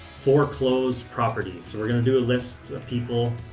foreclosed properties. so we're going to do a list of people